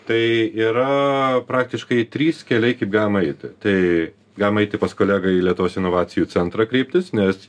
tai yra praktiškai trys keliai kaip galima eiti tai galima eiti pas kolegą į lietuvos inovacijų centrą kreiptis nes